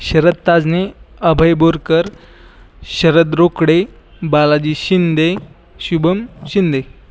Sharad Tajne Abhay Borkar Sharad Rokade Balaji Shinde Shubham Shinde